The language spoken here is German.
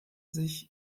sich